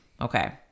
Okay